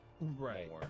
right